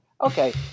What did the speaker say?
Okay